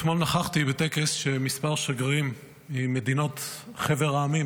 אתמול נכחתי בטקס ששגרירים ממדינות חבר העמים,